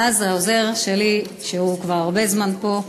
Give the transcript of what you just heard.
ואז העוזר שלי, שהוא כבר הרבה זמן פה,